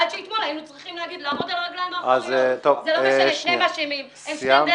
העיקרון שהנחה הוא שאנחנו שמים כל